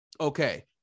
Okay